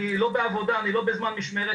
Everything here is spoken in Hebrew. כשאני לא בעבודה ואני לא בזמן משמרת,